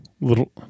Little